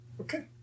Okay